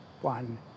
one